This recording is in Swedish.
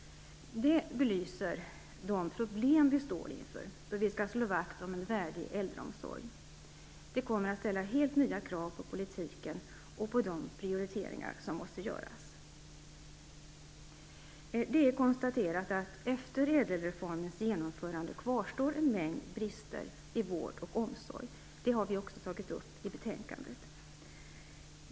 Detta belyser de problem vi står inför, då vi skall slå vakt om en värdig äldreomsorg. Det kommer att ställa helt nya krav på politiken och på de prioriteringar som måste göras. Det är konstaterat, att efter ÄDEL-reformens genomförande kvarstår en mängd brister i vård och omsorg. Det har vi också tagit upp i betänkandet.